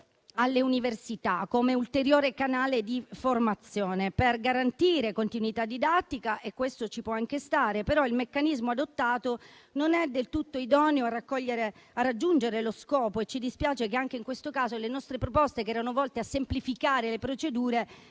alle università, come ulteriore canale di formazione per garantire continuità didattica. Questo ci può anche stare, però il meccanismo adottato non è del tutto idoneo a raggiungere lo scopo e ci dispiace che anche in questo caso le nostre proposte, che erano volte a semplificare le procedure,